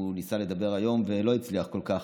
ניסה לדבר היום ולא הצליח כל כך.